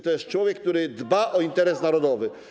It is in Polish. To jest człowiek, który dba o interes narodowy.